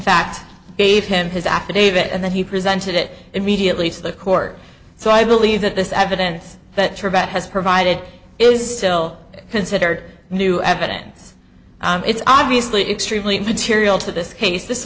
fact gave him his affidavit and then he presented it immediately to the court so i believe that this evidence that target has provided is ill considered new evidence it's obviously extremely material to this case this